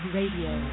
Radio